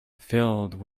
filled